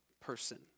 person